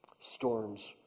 storms